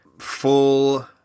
full